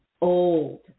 old